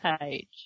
page